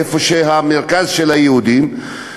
איפה שהמרכז של היהודים,